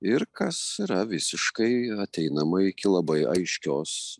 ir kas yra visiškai ateinama iki labai aiškios